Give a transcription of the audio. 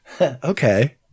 Okay